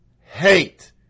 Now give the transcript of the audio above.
hate